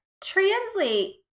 translate